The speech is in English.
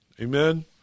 Amen